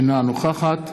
אינה נוכחת